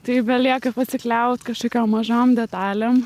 tai belieka pasikliaut kažkokiom mažom detalėm